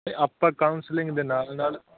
ਅਤੇ ਆਪਾਂ ਕਾਉਂਸਲਿੰਗ ਦੇ ਨਾਲ ਨਾਲ